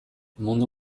mundu